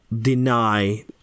deny